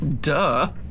Duh